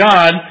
God